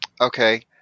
Okay